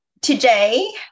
today